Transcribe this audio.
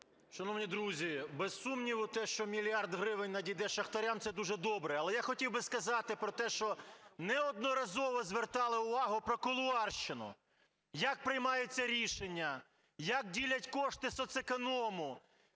Шановні друзі, без сумніву, те, що мільярд гривень надійде шахтарям, це дуже добре. Але я хотів би сказати про те, що неодноразово звертали увагу про кулуарщину, як приймаються рішення, як ділять кошти соцеконому.